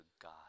God